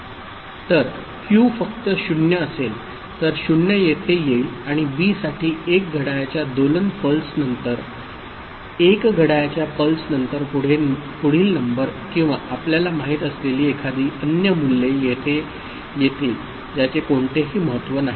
तर Q फक्त 0 असेल तर 0 येथे येईल आणि बी साठी 1 घड्याळाच्या दोलन पल्स नंतर1 घड्याळाच्या पल्सनंतर पुढील नंबर किंवा आपल्याला माहित असलेली एखादी अन्य मूल्ये येथे येतील ज्याचे कोणतेही महत्त्व नाही